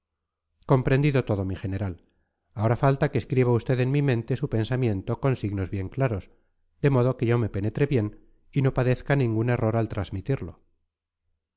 comprendido todo mi general ahora falta que escriba usted en mi mente su pensamiento con signos bien claros de modo que yo me penetre bien y no padezca ningún error al transmitirlo